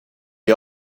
had